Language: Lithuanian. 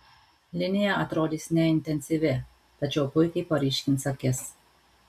linija atrodys neintensyvi tačiau puikiai paryškins akis